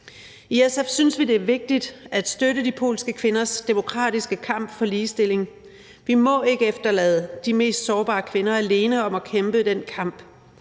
I SF synes vi, det er vigtigt at støtte de polske kvinders demokratiske kamp for ligestilling. Vi må ikke efterlade de mest sårbare kvinder alene om at kæmpe den kamp,